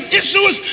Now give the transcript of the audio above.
issues